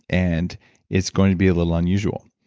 and it's going to be a little unusual.